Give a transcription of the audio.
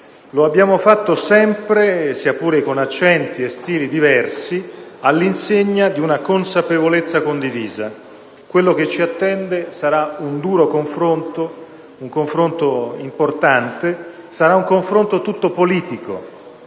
Lo abbiamo fatto sempre, sia pure con accenti e stili diversi, all'insegna di una consapevolezza condivisa: quello che ci attende sarà un duro confronto, un confronto importante, sarà un confronto tutto politico.